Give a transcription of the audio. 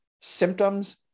symptoms